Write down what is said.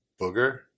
Booger